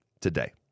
today